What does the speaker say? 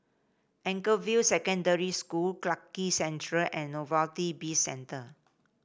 Anchorvale Secondary School Clarke Quay Central and Novelty Bizcentre